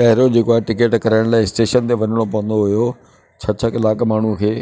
पहरियों जेको आहे टिकेट कराइण लाइ स्टेशन ते वञिणो पवंदो हुयो छह छह किलाक माण्हूअ खे